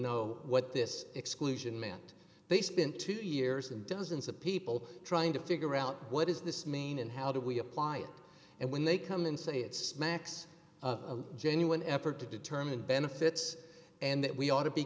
know what this exclusion meant they spent two years and dozens of people trying to figure out what does this mean and how do we apply it and when they come in say it's smacks of a genuine effort to determine benefits and that we ought to be